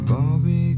Bobby